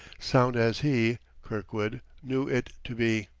sound as he, kirkwood, knew it to be.